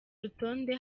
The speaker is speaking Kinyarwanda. rutonde